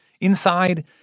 Inside